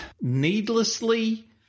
needlessly